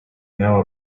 know